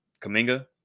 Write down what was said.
Kaminga